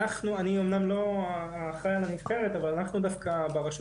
אני אמנם לא אחראי על הנבחרת אבל אנחנו דווקא ברשות